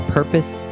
purpose